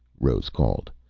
rose called.